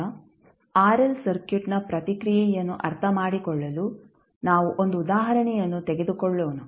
ಈಗ ಆರ್ಎಲ್ ಸರ್ಕ್ಯೂಟ್ನ ಪ್ರತಿಕ್ರಿಯೆಯನ್ನು ಅರ್ಥಮಾಡಿಕೊಳ್ಳಲು ನಾವು 1 ಉದಾಹರಣೆಯನ್ನು ತೆಗೆದುಕೊಳ್ಳೋಣ